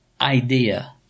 idea